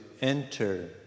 enter